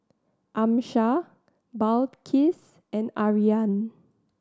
Amsyar Balqis and Aryan